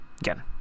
Again